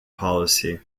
policy